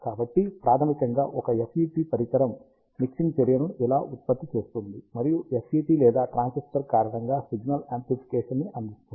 కాబట్టి ప్రాథమికంగా ఒక FET పరికరం మిక్సింగ్ చర్యను ఇలా ఉత్పత్తి చేస్తుంది మరియు FET లేదా ట్రాన్సిస్టర్ కారణంగా సిగ్నల్ యామ్ప్లిఫికేషన్ ని అందిస్తుంది